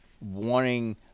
wanting